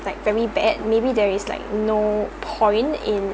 like very bad maybe there is like no point in